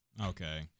Okay